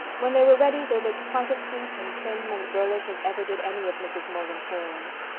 when they were ready they looked quite as sweet and trim and girlish as ever did any of mrs. morgan's heroines.